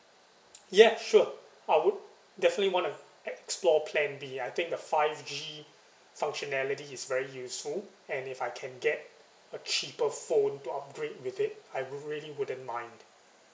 ya sure I would definitely wanna explore plan B I think the five G functionality is very useful and if I can get a cheaper phone to upgrade with it I would really wouldn't mind